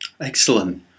Excellent